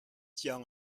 tian